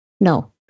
No